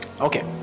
Okay